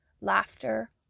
laughter